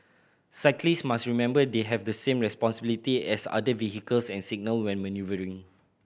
cyclist must remember they have the same responsibilities as other vehicles and signal when manoeuvring